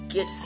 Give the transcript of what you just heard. Get